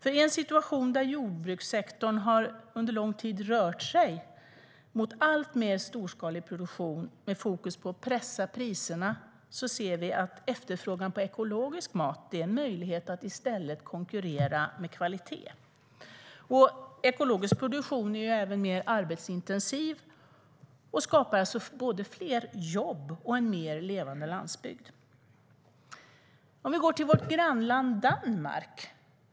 I en situation där jordbrukssektorn under lång tid har rört sig mot alltmer storskalig produktion med fokus på att pressa priserna ser vi att efterfrågan på ekologisk mat ger en möjlighet att i stället konkurrera med kvalitet. Ekologisk produktion är även mer arbetsintensiv och skapar alltså både fler jobb och en mer levande landsbygd. Vi kan gå till vårt grannland Danmark.